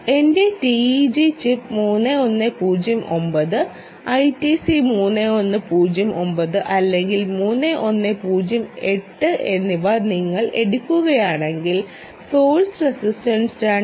എന്റെ TEG chip 3109 ITC3109 അല്ലെങ്കിൽ 3108 എന്നിവ നിങ്ങൾ എടുക്കുകയാണെങ്കിൽ സോഴ്സ് റസിസ്റ്റൻസ് 2